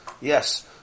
Yes